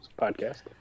podcast